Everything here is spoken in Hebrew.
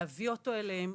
להביא אותו אליהן,